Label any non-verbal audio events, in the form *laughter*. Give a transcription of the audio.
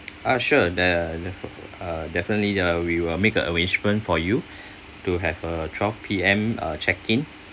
ah sure the uh definitely uh we will make arrangement for you *breath* to have uh twelve P_M uh check-in